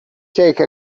take